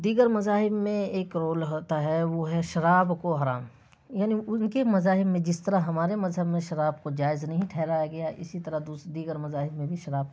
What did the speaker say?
دیگر مذاہب میں ایک رول ہوتا ہے وہ ہے شراب کو حرام یعنی ان کے مذاہب میں جس طرح ہمارے مذہب میں شراب کو جائز نہیں ٹھہرایا گیا ہے اسی طرح دیگر مذاہب میں بھی شراب کو